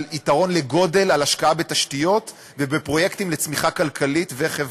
על יתרון לגודל בהשקעה בתשתיות ובפרויקטים לצמיחה כלכלית וחברתית.